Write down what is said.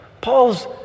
Paul's